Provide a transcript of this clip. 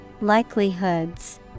Likelihoods